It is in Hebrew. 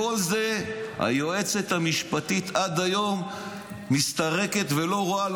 את כל זה היועצת המשפטית עד היום מסתרקת ולא רואה,